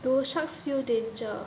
do sharks feel danger